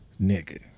nigga